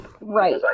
right